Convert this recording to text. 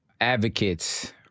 advocates